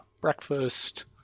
breakfast